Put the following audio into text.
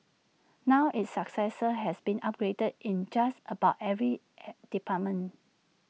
now its successor has been upgraded in just about every department